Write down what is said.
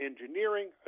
engineering